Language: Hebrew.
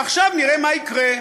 ועכשיו נראה מה יקרה.